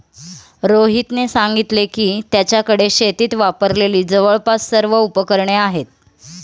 रोहितने सांगितले की, त्याच्याकडे शेतीत वापरलेली जवळपास सर्व उपकरणे आहेत